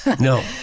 No